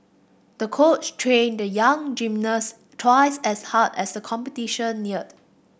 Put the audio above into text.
the coach trained the young gymnast twice as hard as the competition neared